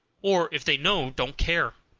or, if they know, don't care.